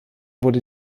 wurde